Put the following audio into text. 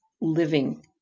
living